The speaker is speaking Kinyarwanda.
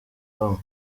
bamwe